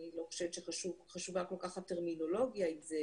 אני לא חושבת שחשובה כל-כך הטרמינולוגיה אם זה